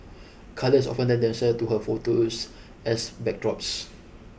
colours often lend themselves to her photos as backdrops